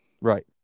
Right